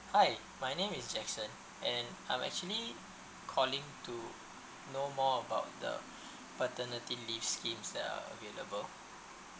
hi my name is jackson and I'm actually calling to know more about the paternity leave scheme that are available